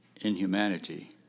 inhumanity